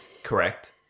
Correct